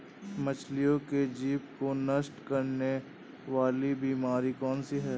मछलियों के जीभ को नष्ट करने वाली बीमारी कौन सी है?